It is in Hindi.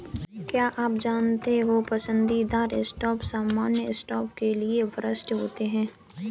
क्या आप जानते हो पसंदीदा स्टॉक सामान्य स्टॉक के लिए वरिष्ठ होते हैं?